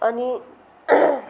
अनि